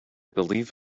believe